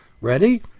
Ready